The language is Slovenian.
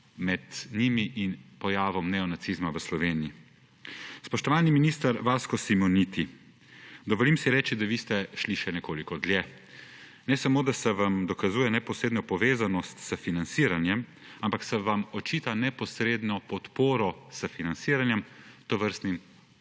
med njimi in pojavom neonacizma v Sloveniji. Spoštovani minister Vasko Simoniti, dovolim si reči, da vi ste šli še nekoliko dlje. Ne samo, da se vam dokazuje neposredna povezanost s financiranjem, ampak se vam očita neposredna podpora s financiranjem tovrstnih